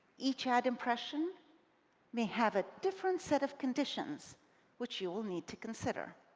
each ad impression may have a different set of conditions which you'll need to consider,